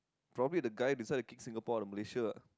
probably the guy decides to kick Singapore out of Malaysia